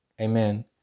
Amen